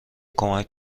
کمک